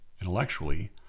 intellectually